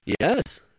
Yes